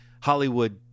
Hollywood